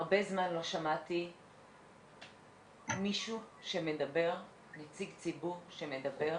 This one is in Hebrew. הרבה זמן לא שמעתי מישהו שמדבר, נציג ציבור שמדבר,